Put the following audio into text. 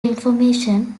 information